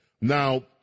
Now